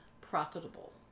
profitable